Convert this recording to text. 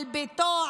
על ביתו,